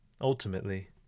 ultimately